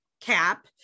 Cap